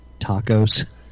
tacos